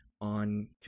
on